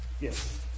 Yes